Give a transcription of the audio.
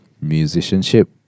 Musicianship